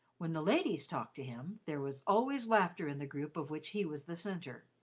when the ladies talked to him, there was always laughter in the group of which he was the centre